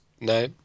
No